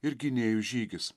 ir gynėjų žygis